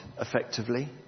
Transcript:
effectively